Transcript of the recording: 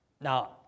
Now